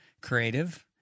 creative